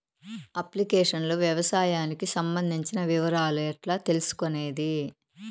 Application లో వ్యవసాయానికి సంబంధించిన వివరాలు ఎట్లా తెలుసుకొనేది?